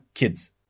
Kids